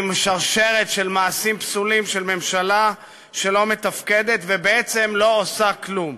עם שרשרת של מעשים פסולים של ממשלה שלא מתפקדת ובעצם לא עושה כלום,